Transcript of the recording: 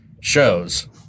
shows